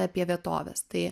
apie vietoves tai